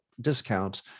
discount